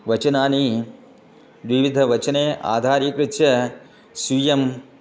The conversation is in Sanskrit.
वचनानि द्विविधवचने अधारीकृत्य स्वीयम्